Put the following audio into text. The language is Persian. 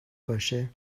باشه